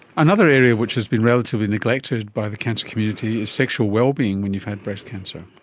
another area which has been relatively neglected by the cancer community is sexual well-being when you've had breast cancer.